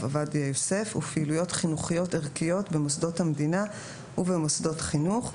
עובדיה יוסף ופעילויות חינוכיות-ערכיות במוסדות המדינה ובמוסדות חינוך,